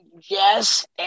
yes